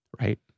Right